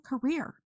career